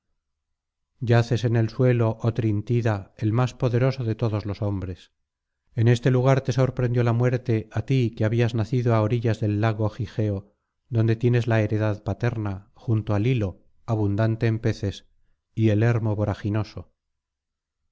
yaces en el suelo otrintida el más portentoso de todos los hombres en este lugar te sorprendió la muerte á ti que habías nacido á orillas del lago gigeo donde tienes la heredad paterna junto ai hilo abundante en peces y el